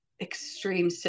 extreme